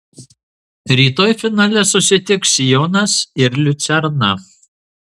rytoj finale susitiks sionas ir liucerna